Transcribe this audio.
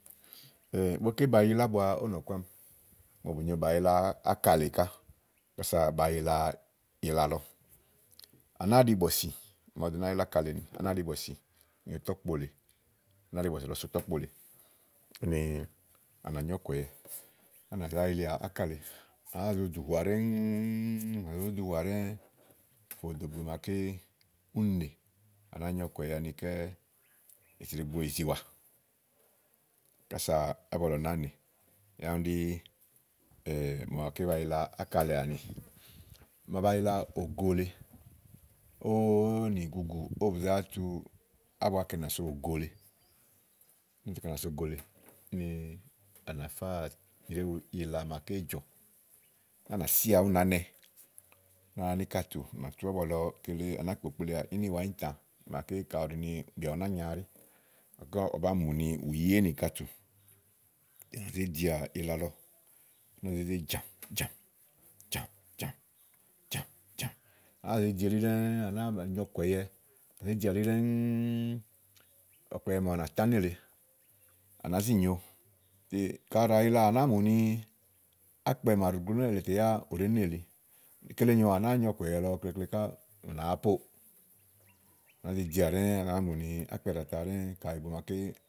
ígbɔké ba yila ábua ówó nɔ̀ku ámi mò bú nyo bàa yila ákà lèe ká, kása ba yila ila lɔ, à náa ɖi bɔ̀sì, ùŋò màa ɖò nàáa yila ákà lèe nùú ù màa ɖi bɔ̀sì nyo tɔ̀kpo lèe. ù nàáa ɖi bɔ̀sì lɔ so tɔ̀kpo lèe úni à nyó ɔ̀kɔ̀yɛ úni à nà zá yilià ákà lèe. à nàáa zo dúhùà tò dò ìgbè màaké úni nè, à nàáa nyo ɔ̀kɔ̀yɛ anikɛ́ ìzì ɖììgbo, ìzì wà kása ábua lɔ nàáa nè yá úni ɖì mò màaké ba yila ákà lèe áni mò ma ba yila ògo lèe ówo ówò nìgugù ówó bù zá tu ábua kɛ̀nìà so ògo lèe batu kɛ̀nìà so ògo lèe úni à nà fé nyrèéwu ila màa ké jɔ̀. úni à nà sìà ú nàá nɛ úni à nàá ni íkatù, úni á nà tú ábua lɔ kele à nàáa kpokplíà ínìwá, íìntã, gàké kayi ù ɖi nì bìà bá nya ɛɖí màa à nàáa mù ni, ù yi éènìkatù. úni à nà zé dià ila ú màa zé ze cà cà, cà cà, cà cà à ná zé dià elí ɖɛ́ŋúú ɔ̀kɔ̀yɛ màawu nà tá nélèe à nàá zi nyóo, te ka à ɖa yila à nàáa mù ni ákpɛ̀ màawu ɖòo gó nèlèe tè yá ù ɖèé nelìi. kile nyòo à nyo ɔ̀kɔ̀yɛ lɔ klekle ká ù nàá póò, à nàáa zèe dià ɖɛ́ɛ́ à nàáa mù ákɛ̀ ɖàa ta ɖɛ̀ɛ̀ kayi ìgbè màaké.